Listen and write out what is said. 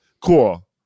cool